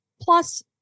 Plus